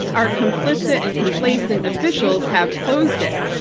our complicit and complacent officials have closed it.